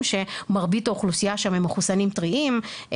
שמרבית האוכלוסייה שם הם מחוסנים טריים,